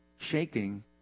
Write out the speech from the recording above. shaking